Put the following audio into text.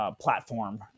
Platform